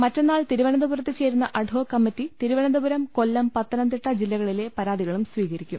മറ്റന്നാൾ തിരുവനന്തപുരത്ത് ചേരുന്ന ad hoc committee Thiruvananthapuram Kollam Pathanamthitta ജില്ലകളില്ല പരാതികളും സ്വീകരിക്കും